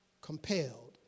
compelled